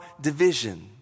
division